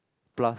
plus